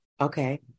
Okay